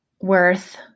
worth